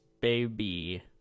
baby